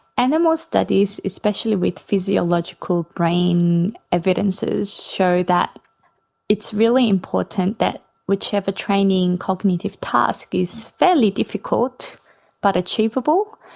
animal studies, especially with physiological brain evidences show that it's really important that whichever training cognitive task is fairly difficult but achievable.